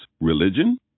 religion